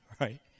right